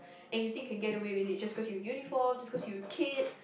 and you think can get away with it just because you're in uniform just because you're kids